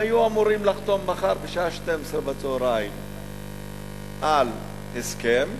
היו אמורים לחתום מחר בשעה 12:00 על הסכם,